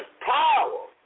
power